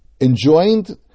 enjoined